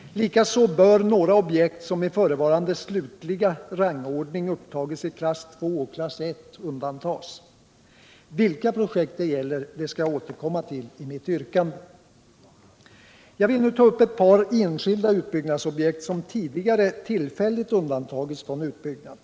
Likaså bör några objekt som i förevarande slutliga rangordning upptagits i klass 2 och klass 1 undantas. Vilka projekt det gäller skall jag återkomma till i mitt yrkande. Jag vill nu ta upp ett par enskilda utbyggnadsobjekt som tidigare tillfälligt undantagits från utbyggnad.